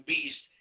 Beast